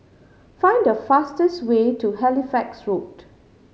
find the fastest way to Halifax Road